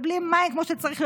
בלי מים כמו שצריך,